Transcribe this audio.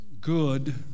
good